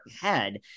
head